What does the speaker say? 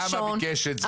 השינוי הוא,